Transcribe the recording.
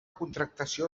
contractació